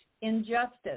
injustice